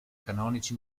canonici